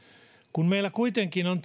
kun meillä kuitenkin on